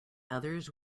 others